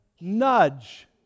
nudge